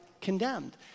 condemned